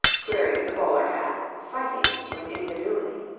queried the bowler hat, fighting with incredulity.